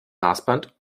maßband